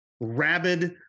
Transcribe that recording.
rabid